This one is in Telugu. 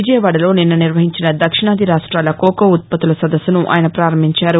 విజయవాడలో నిన్న నిర్వహించిస దక్షిణాది రాష్ట్రాల కోకో ఉత్పత్తుల సదస్సును ఆయన ప్రారంభించారు